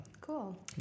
Cool